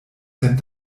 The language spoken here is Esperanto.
sen